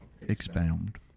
Expound